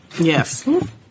Yes